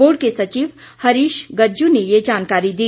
board के सचिव हरीश गज्जू ने ये जानकारी दी